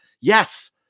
yes